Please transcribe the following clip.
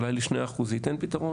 אולי ל-2% זה ייתן פתרון?